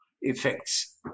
effects